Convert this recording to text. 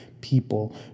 people